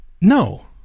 No